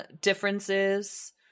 differences